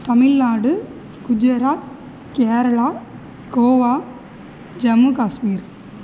Tamil Nadu Gujarat Kerala Goa Jammu Kashmir